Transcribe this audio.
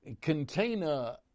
container